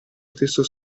stesso